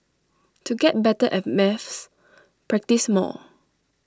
to get better at maths practise more